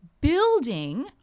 building